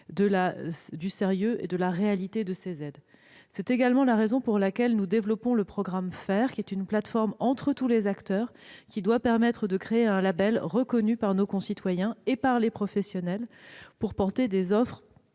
du sérieux et de la réalité de ces aides. C'est également la raison pour laquelle nous développons le programme Faire, qui est une plateforme destinée à tous les acteurs. Il doit permettre de créer un label reconnu par nos concitoyens et par les professionnels, pour porter des offres